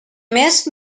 més